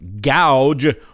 gouge